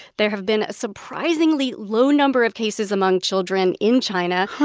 there have been a surprisingly low number of cases among children in china.